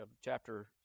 chapter